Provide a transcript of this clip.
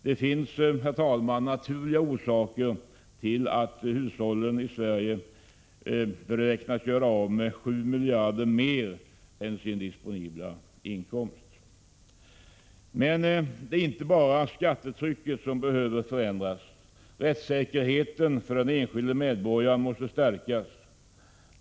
Det finns, herr talman, naturliga orsaker till att hushållen i Sverige beräknas göra av med 7 miljarder mer än sin disponibla inkomst. Det är inte bara skattetrycket som behöver förändras. Rättssäkerheten för den enskilde medborgaren måste stärkas.